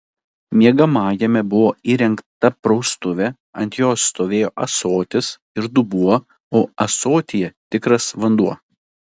miegamajame buvo įrengta praustuvė ant jos stovėjo ąsotis ir dubuo o ąsotyje tikras vanduo